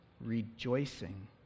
Rejoicing